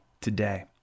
today